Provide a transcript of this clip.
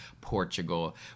Portugal